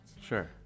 Sure